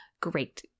Great